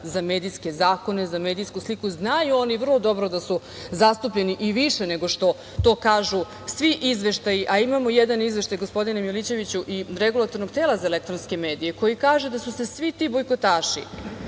za medijske zakone, za medijsku sliku. Znaju oni vrlo dobro da su zastupljeni i više nego što to kažu svi izveštaji, a imamo jedan izveštaj, gospodine Milićeviću, i Regulatornog tela za elektronske medije, koji kaže da su se svi ti bojkotaši,